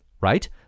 Right